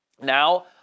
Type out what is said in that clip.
Now